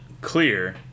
clear